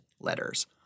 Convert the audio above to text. letters